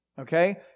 Okay